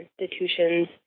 institutions